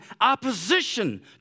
opposition